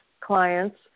clients